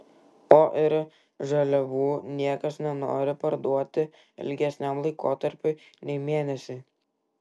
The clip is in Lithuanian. o ir žaliavų niekas nenori parduoti ilgesniam laikotarpiui nei mėnesiui